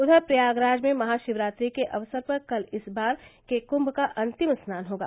उधर प्रयागराज में महाशिवरात्रि के अवसर पर कल इस बार के कुंभ का अंतिम स्थान होगा